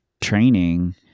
training